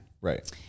Right